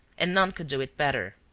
and none could do it better.